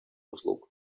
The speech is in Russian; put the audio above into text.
услуг